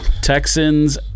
Texans